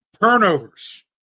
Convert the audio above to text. Turnovers